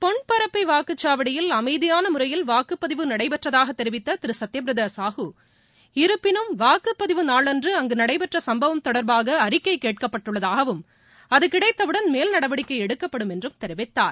பொன்பரப்பி வாக்குச்சாவடியில் அமைதியான முறையில் வாக்குப்பதிவு நடைபெற்றதாக தெரிவித்த திரு சத்யபிரதா சாஹூ இருப்பினும் வாக்குப்பதிவு நாளன்று அங்கு நடைபெற்ற சம்பவம் தொடர்பாக அறிக்கை கேட்கப்பட்டுள்ளதாகவும் அது கிடைத்தவுடன் மேல் நடவடிக்கை எடுக்கப்படும் என்றும் தெரிவித்தார்